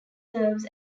serves